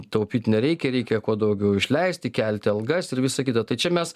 taupyt nereikia reikia kuo daugiau išleisti kelti algas ir visa kita tai čia mes